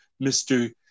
Mr